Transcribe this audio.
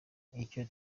icyo